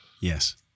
Yes